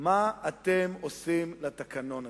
מה אתם עושים לתקנון הזה?